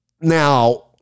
now